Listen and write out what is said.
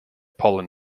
pollen